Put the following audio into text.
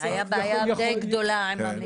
--- הייתה בעיה די גדולה עם המטפלות.